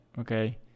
okay